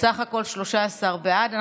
בסך הכול 13 בעד.